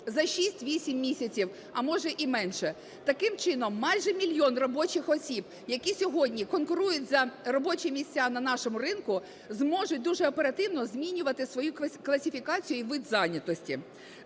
за 6-8 місяців, а може і менше. Таким чином, майже мільйон робочих осіб, які сьогодні конкурують за робочі місця на нашому ринку, зможуть дуже оперативно змінювати свою класифікацію і вид зайнятості.